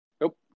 nope